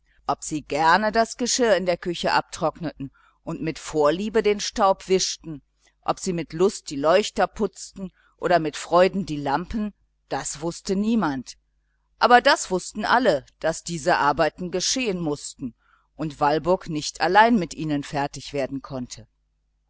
ob sie gerne das geschirr in der küche abtrockneten und mit vorliebe den staub wischten ob sie mit lust die leuchter putzten und mit freuden die lampen das wußte niemand aber das wußten alle daß diese arbeiten geschehen mußten und walburg nicht mit allem allein fertig werden konnte